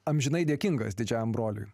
amžinai dėkingas didžiajam broliui